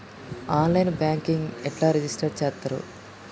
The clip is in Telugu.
ఆన్ లైన్ బ్యాంకింగ్ ఎట్లా రిజిష్టర్ చేత్తరు?